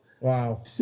Wow